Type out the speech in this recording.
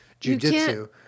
jujitsu